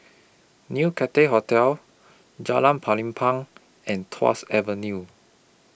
New Cathay Hotel Jalan Pelepah and Tuas Avenue